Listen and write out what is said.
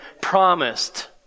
promised